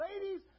ladies